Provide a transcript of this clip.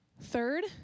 Third